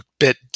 bit